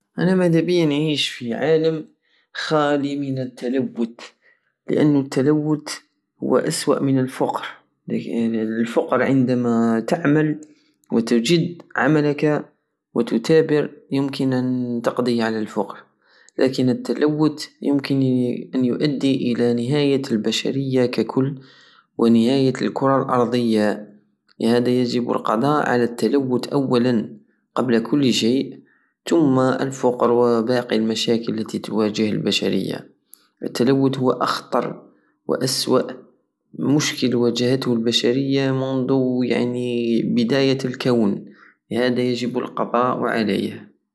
انا مدابية نعيش في عالم غال من التلوت لانو التلوت هو اسوء من الفقر لان الفقر عندما تعمل وتجد عملك وتتابر يمكن ان تقضية على الفقر لكن التلوت يمكن ان يؤدي الى نهاية البشرية ككل ونهاية الكرة الارضية لهادا يجب القضاء على التلوت اولا قبل كل شيء تم الفقر وباقي المشاكل التي تواجه البشرية لكن التلوت هو اخطر واسوء مشكل واجهته البشرية مند يعني بداية الكون لهدا يجب القضاء عليه